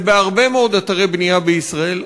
זה בהרבה מאוד אתרי בנייה בישראל.